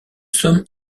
sommes